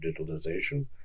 digitalization